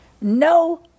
No